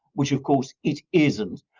which of course it isn't,